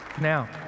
Now